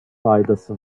faydası